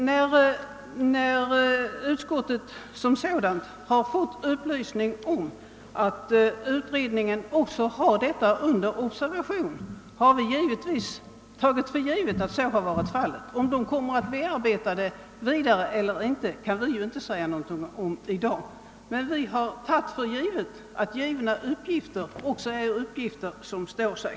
När vi inom utskottet fått upplysning om att skattestrafflagutredningen har frågorna under observation har vi självfallet tagit för givet att så är fallet. Om utredningen kommer att bearbeta frågorna ytterligare eller inte kan vi ju inte säga i dag, men vi har som sagt tagit för givet att lämnade uppgifter är uppgifter som står sig.